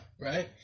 right